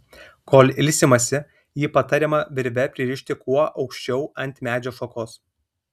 kol ilsimasi jį patariama virve pririšti kuo aukščiau ant medžio šakos